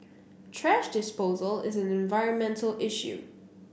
thrash disposal is an environmental issue